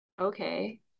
okay